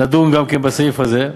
נדון גם כן בסעיף הזה.